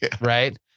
Right